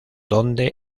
donde